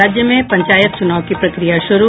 और राज्य में पंचायत चुनाव की प्रक्रिया शुरू